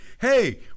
hey